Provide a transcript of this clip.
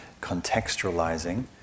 contextualizing